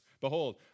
Behold